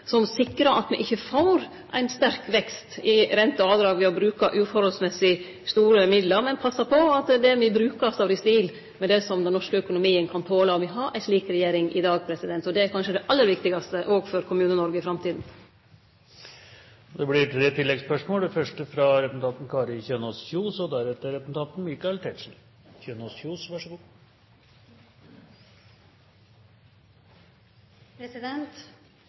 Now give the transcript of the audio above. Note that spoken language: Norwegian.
som sikrar at me ikkje får ein sterk vekst i renter og avdrag ved å bruke uforholdsmessig store midlar, men som passar på at det me brukar, står i stil med det som den norske økonomien kan tole. Og me har ei slik regjering i dag. Det er kanskje det aller viktigaste òg for Kommune-Noreg i framtida. Det blir gitt anledning til tre oppfølgingsspørsmål – først Kari Kjønaas